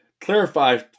clarify